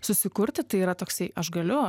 susikurti tai yra toksai aš galiu